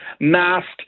masked